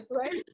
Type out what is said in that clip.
right